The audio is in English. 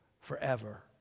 forever